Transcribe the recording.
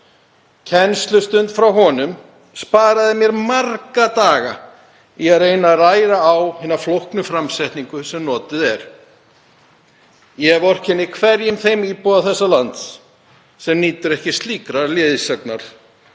Kennslustund frá honum sparaði mér marga daga í að reyna að læra á hina flóknu framsetningu sem notuð er. Ég vorkenni hverjum þeim íbúa þessa lands sem nýtur ekki slíkrar leiðsagnar